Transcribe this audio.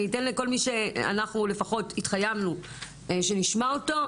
אני אתן לכל מי שאנחנו לפחות התחייבנו שנשמע אותו,